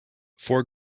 four